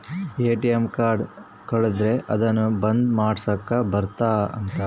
ATM card ಕಳುದ್ರೆ ಅದುನ್ನ ಬಂದ್ ಮಾಡ್ಸಕ್ ಬರುತ್ತ ಅಂತ